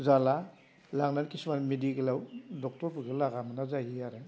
जाला लांना किसुमान मेडिकेलाव ड'क्टरफोरखो लागा मोनहैया जायो आरो